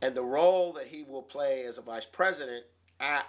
and the role that he will play as a vice president